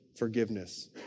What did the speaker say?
forgiveness